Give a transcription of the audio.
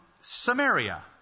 Samaria